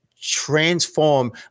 transform